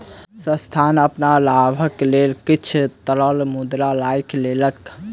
संस्थान अपन लाभक लेल किछ तरल मुद्रा राइख लेलक